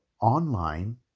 online